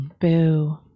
boo